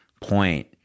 point